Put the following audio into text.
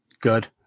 good